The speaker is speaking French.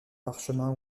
parchemin